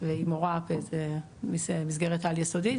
והיא מורה במסגרת על יסודי,